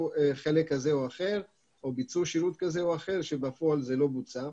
חלק כזה או אחר או ביצעו שירות כזה או אחר כאשר בפועל זה לא בוצע.